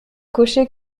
cocher